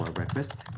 um breakfast.